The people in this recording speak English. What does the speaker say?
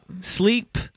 sleep